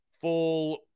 Full